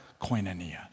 koinonia